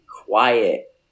quiet